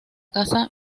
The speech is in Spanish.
casa